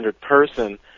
person